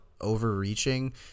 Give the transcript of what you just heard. overreaching